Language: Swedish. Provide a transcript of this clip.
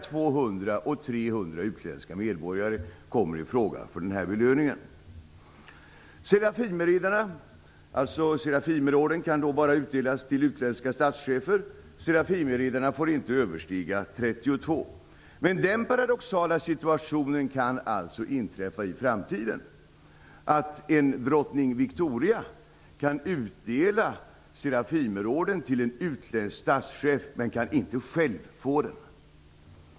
200 300 utländska medborgare kommer i fråga för denna belöning. Serafimerorden kan bara utdelas till utländska statschefer. Serafimerriddarna får inte överstiga 32. Men den paradoxala situationen kan alltså inträffa i framtiden, att en drottning Victoria kan utdela Serafimerorden till en utländsk statschef utan att själv kunna få den.